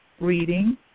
reading